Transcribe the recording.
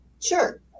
Sure